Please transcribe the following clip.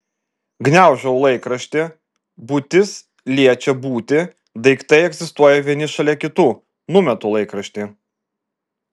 gniaužau laikraštį būtis liečia būtį daiktai egzistuoja vieni šalia kitų numetu laikraštį